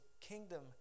kingdom